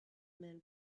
man